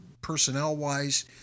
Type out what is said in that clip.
personnel-wise